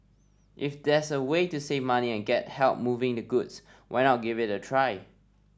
if there's a way to save money and get help moving the goods why not give it a try